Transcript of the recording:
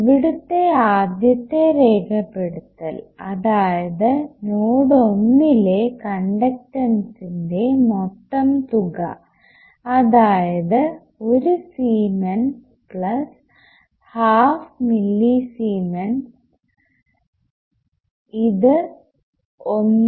ഇവിടുത്തെ ആദ്യത്തെ രേഖപ്പെടുത്തൽ അതായത് നോഡ് ഒന്നിലെ കണ്ടക്ടൻസിന്റെ മൊത്തം തുക അതായത് ഒരു മില്ലിസീമെൻ പ്ലസ് ഹാഫ് മില്ലിസീമെൻ ഇത് 1